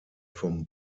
vom